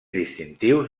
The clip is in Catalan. distintius